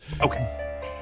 Okay